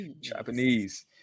Japanese